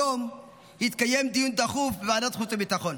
היום התקיים דיון דחוף בוועדת החוץ והביטחון